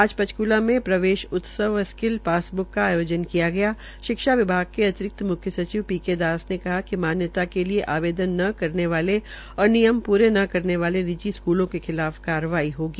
आज पंचकुला में प्रवेश उत्सव व स्किल पास बुक का आयोजन किया गया शिक्षा विभाग के अतिरिक्त म्ख्य सचिव पी के दास ने कहा कि मान्यता के लिये आवेदन न भरने वाले और नियम पूरे न कहने वाले निजी स्कूलों के खिलाफ कार्रवाई होगी